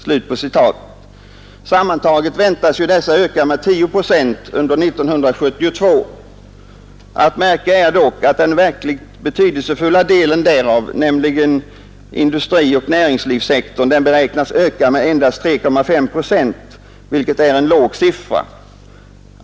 Sammantaget väntas dessa öka med 10 procent under 1972. Att märka är dock att den verkligt betydelsefulla delen därav, nämligen industrisektorn, beräknas öka med endast 3,5 procent, vilket är en låg siffra.